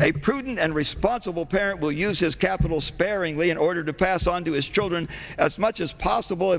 a prudent and responsible parent will use his capital sparingly in order to pass on to his children as much as possible